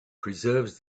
preserves